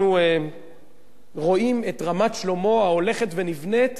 אנחנו רואים את רמת-שלמה ההולכת ונבנית,